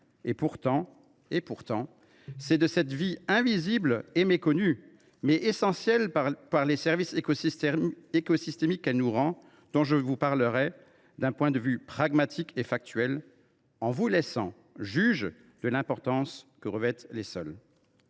Et pourtant, c’est de cette vie invisible et méconnue, mais essentielle par les services écosystémiques qu’elle nous rend, que je vous parlerai d’un point de vue pragmatique et factuel, en vous laissant juges de l’importance que revêtent les sols.